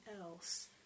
else